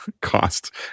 cost